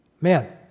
Man